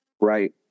Right